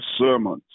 sermons